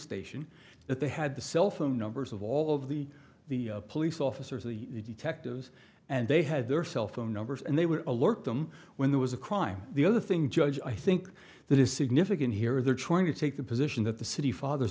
station that they had the cell phone numbers of all of the the police officers the detectives and they had their cell phone numbers and they were alert them when there was a crime the other thing judge i think that is significant here they're trying to take the position that the city fathers